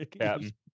Captain